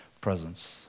presence